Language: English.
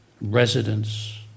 residence